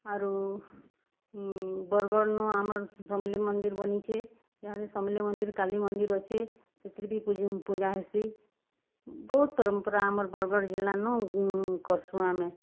ଆରୁ ବର୍ଗଡ଼୍ନୁ ଆମର୍ ସମଲେଇ ମନ୍ଦିର୍ ବନିଛେ ଏହା ସମଲେଇ ମନ୍ଦିର୍ କାଲି ମନ୍ଦିର୍ ଅଛେ ସେଥିରେ ବି ପୂଜା ହେସି ବହୁତ୍ ପରମ୍ପରା ଆମର୍ ବର୍ଗଡ଼୍ ଜିଲ୍ଲାନୁ କର୍ସୁଁ ଆମେ